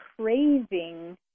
craving